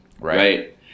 right